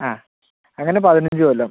ആ അങ്ങനെ പതിനഞ്ച് കൊല്ലം